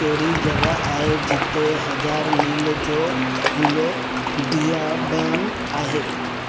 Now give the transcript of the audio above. कहिड़ी जॻहि आहे जिते हज़ार मील जो खुलियो बियाबानु आहे